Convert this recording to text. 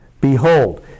behold